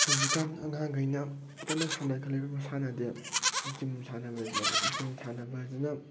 ꯍꯧꯖꯤꯛꯀꯥꯟ ꯑꯉꯥꯡꯒꯩꯅ ꯀꯟꯅ ꯁꯥꯟꯅꯈꯠꯂꯛꯏꯕ ꯃꯁꯥꯟꯅꯗꯤ ꯖꯤꯝ ꯁꯥꯟꯅꯕꯁꯤꯅꯦꯕ ꯖꯤꯝ ꯁꯥꯟꯅꯕꯁꯤꯅ